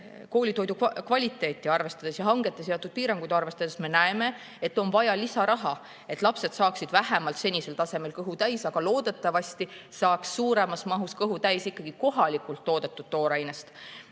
koolitoidu kvaliteeti arvestades ja hangetele seatud piiranguid arvestades me näeme, et on vaja lisaraha, et lapsed saaksid vähemalt senisel tasemel kõhu täis, aga loodetavasti ka suuremas mahus kõhu täis ikkagi kohapeal toodetud toorainetest,